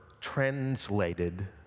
translated